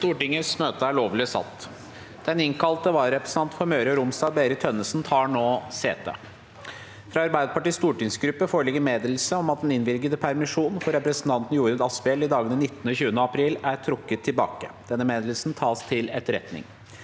Presidenten Den innkalte vararepresen- tanten for Møre og Romsdal, Berit Tønnesen, tar nå sete. Fra Arbeiderpartiets stortingsgruppe foreligger meddelelse om at den innvilgede permisjonen for representanten Jorodd Asphjell i dagene 19. og 20. april er trukket tilbake. – Denne meddelelsen tas til etterretning.